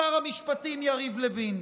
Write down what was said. שר המשפטים יריב לוין?